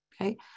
Okay